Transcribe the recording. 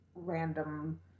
random